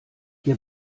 ihr